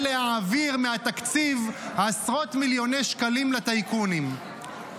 להעביר מהתקציב עשרות מיליוני שקלים לטייקונים.